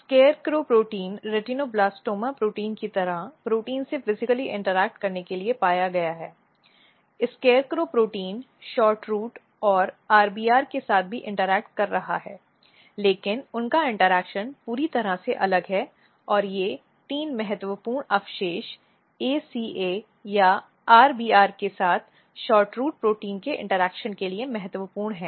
SCARECROW protein RETINOBLASTOMA protein की तरह protein से फिजिकली इंटरेक्ट करने के लिए पाया गया है SCARECROW प्रोटीन SHORTROOT और RBR के साथ भी इंटरेक्ट कर रहा है लेकिन उनका इंटरेक्शन पूरी तरह से अलग है और ये तीन महत्वपूर्ण अवशेष ACA यह RBR के साथ SHORTROOT प्रोटीन के इंटरेक्शन के लिए महत्वपूर्ण है